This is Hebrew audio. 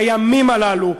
בימים הללו,